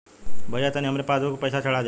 भईया तनि हमरे पासबुक पर पैसा चढ़ा देती